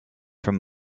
from